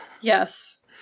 Yes